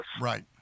Right